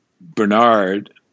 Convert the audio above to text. Bernard